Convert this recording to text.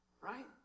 right